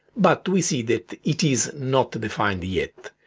but we see that it is not defined yet.